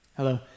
Hello